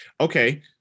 Okay